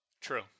True